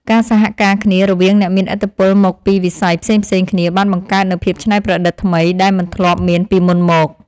ការសហការគ្នារវាងអ្នកមានឥទ្ធិពលមកពីវិស័យផ្សេងៗគ្នាបានបង្កើតនូវភាពច្នៃប្រឌិតថ្មីដែលមិនធ្លាប់មានពីមុនមក។